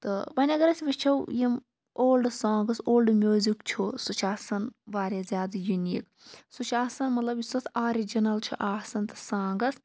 تہٕ وۄن اَگر أسۍ وُچھو یِم اولڑ سانگٕس اولڑ میوزِک چھُ سُہ چھُ آسان واریاہ زیادٕ یُنیٖک سُہ چھِ آسان مطلب یُس تَتھ آرِجِنَل چھُ آسان تَتھ سانگَس